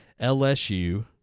LSU